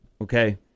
okay